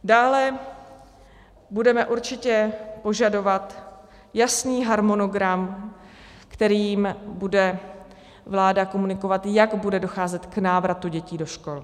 Dále budeme určitě požadovat jasný harmonogram, kterým bude vláda komunikovat, jak bude docházet k návratu dětí do škol.